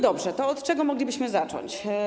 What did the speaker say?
Dobrze, to od czego moglibyśmy zacząć?